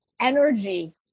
energy